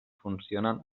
funcionen